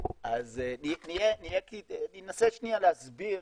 אני אנסה שנייה להסביר,